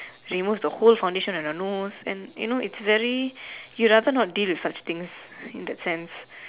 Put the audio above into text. remove the whole foundation and your nose and you know it's very you rather not deal with such things in that sense